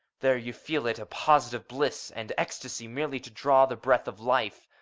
there, you feel it a positive bliss and ecstasy merely to draw the breath of life.